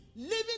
Living